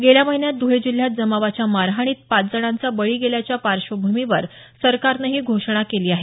गेल्या महिन्यात ध्रळे जिल्ह्यात जमावाच्या मारहाणीत पाच जणांचा बळी गेल्याच्या पार्श्वभूमीवर सरकारनं ही घोषणा केली आहे